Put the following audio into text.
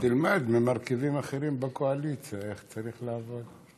תלמד ממרכיבים אחרים בקואליציה איך צריך לעבוד.